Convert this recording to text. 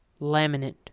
laminate